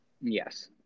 Yes